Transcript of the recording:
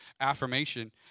affirmation